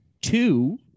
two